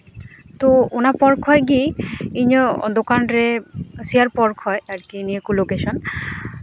ᱛᱚ ᱚᱱᱟ ᱯᱚᱨ ᱠᱷᱚᱡ ᱜᱮ ᱤᱧᱟᱹᱜ ᱫᱚᱠᱟᱱ ᱨᱮ ᱥᱮᱭᱟᱨ ᱯᱚᱨ ᱠᱷᱚᱡ ᱟᱨᱠᱤ ᱱᱤᱭᱟᱹ ᱠᱚ ᱞᱳᱠᱮᱥᱚᱱ